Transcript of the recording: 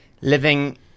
living